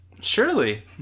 Surely